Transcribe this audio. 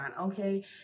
okay